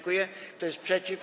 Kto jest przeciw?